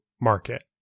market